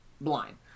blind